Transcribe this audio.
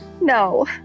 No